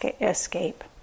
escape